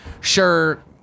sure